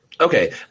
Okay